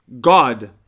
God